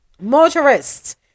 motorists